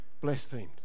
blasphemed